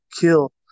kill